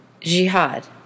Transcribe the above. jihad